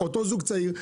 אותו זוג צעיר,